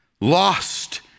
lost